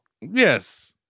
Yes